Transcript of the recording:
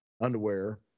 underwear